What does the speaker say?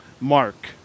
Mark